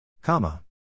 Comma